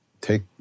Take